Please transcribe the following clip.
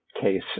case